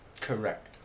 Correct